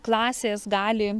klasės gali